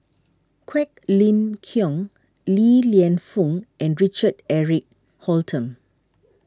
Quek Ling Kiong Li Lienfung and Richard Eric Holttum